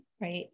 right